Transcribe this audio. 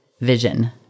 Vision